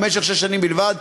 ובמשך שש שנים בלבד,